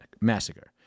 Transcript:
massacre